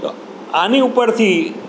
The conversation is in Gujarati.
તો આની ઉપરથી